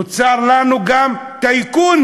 נוצר לנו גם "טייקונים",